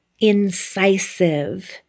incisive